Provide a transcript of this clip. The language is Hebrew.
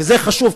וזה חשוב,